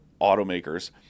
automakers